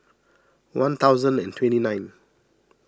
one thousand and twenty nine